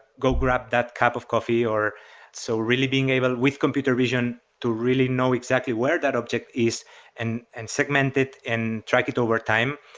go grab that cup of coffee. so really being able, with computer vision, to really know exactly where that object is and and segment it and track it overtime.